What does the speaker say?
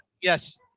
Yes